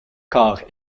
quart